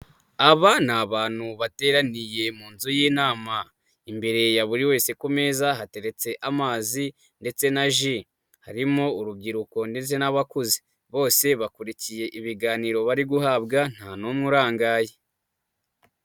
Aba ni abantu bateraniye mu nzu y'inama, imbere ya buri wese ku meza hateretse amazi ndetse na ji, harimo urubyiruko ndetse n'abakuze, bose bakurikiye ibiganiro bari guhabwa nta n'umwe urangaye.